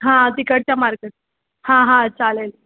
हां तिकडच्या मार्केट हां हां चालेल